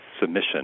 submission